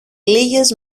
λίγες